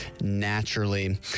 naturally